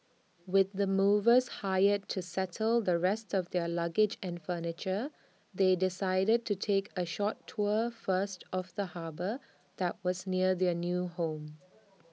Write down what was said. with the movers hired to settle the rest of their luggage and furniture they decided to take A short tour first of the harbour that was near their new home